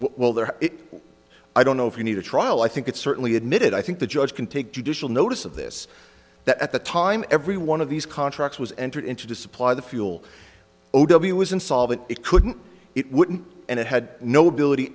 while there i don't know if you need a trial i think it's certainly admitted i think the judge can take judicial notice of this that at the time every one of these contracts was entered into to supply the fuel it was insolvent it couldn't it wouldn't and it had no ability